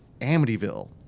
Amityville